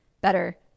better